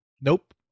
nope